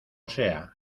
sea